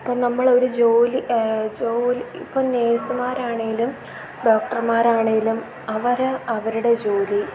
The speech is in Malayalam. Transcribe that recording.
ഇപ്പം നമ്മൾ ഒരു ജോലി ജോ ഇപ്പം നേഴ്സ്മാരാണേലും ഡോക്ടർമാരാണേലും അവർ അവരുടെ ജോലി